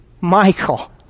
Michael